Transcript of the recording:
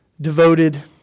devoted